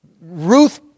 Ruth